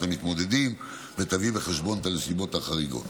המתמודדים ותביא בחשבון את הנסיבות החריגות.